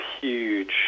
huge